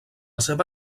seva